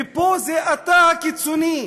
ופה זה אתה הקיצוני,